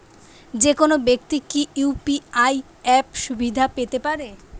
যেকোনো ব্যাক্তি কি ইউ.পি.আই অ্যাপ সুবিধা পেতে পারে?